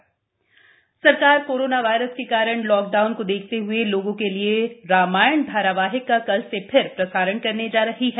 corona Ramayan सरकार coronavirus के कारण लॉकडाउन को देखते हए लोगों के लिए रामायण धारावाहिक का कल से फिर प्रसारण करने जा रही है